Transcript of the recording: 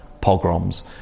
pogroms